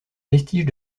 vestiges